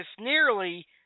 nearly